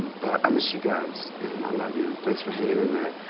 but i miss you guys and i love you. and thanks for hanging in there.